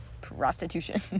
prostitution